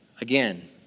Again